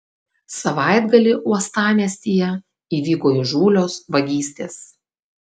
savaitgalį uostamiestyje įvyko įžūlios vagystės